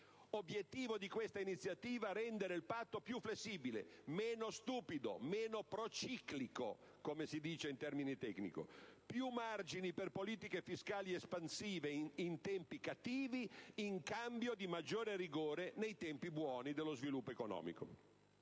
Obiettivo di questa iniziativa era rendere il Patto più flessibile, meno stupido, meno prociclico, come si dice in termine tecnico. Più margini per politiche fiscali espansive in tempi cattivi, in cambio di maggiore rigore nei tempi buoni dello sviluppo economico.